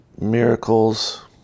miracles